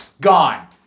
Gone